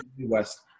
west